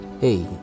Hey